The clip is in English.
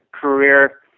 career